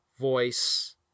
voice